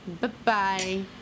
Bye-bye